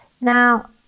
Now